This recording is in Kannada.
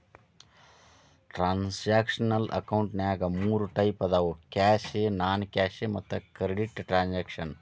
ಟ್ರಾನ್ಸಾಕ್ಷನಲ್ ಅಕೌಂಟಿನ್ಯಾಗ ಮೂರ್ ಟೈಪ್ ಅದಾವ ಕ್ಯಾಶ್ ನಾನ್ ಕ್ಯಾಶ್ ಮತ್ತ ಕ್ರೆಡಿಟ್ ಟ್ರಾನ್ಸಾಕ್ಷನ